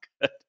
good